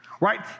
right